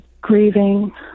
grieving